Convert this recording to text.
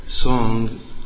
Song